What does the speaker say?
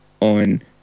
on